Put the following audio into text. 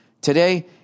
today